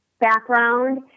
background